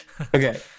Okay